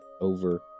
over